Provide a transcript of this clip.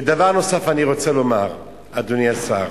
ודבר נוסף אני רוצה לומר, אדוני השר: